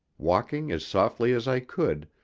walking as softly as i could,